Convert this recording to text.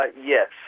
Yes